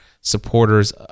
supporters